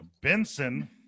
Benson